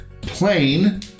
Plain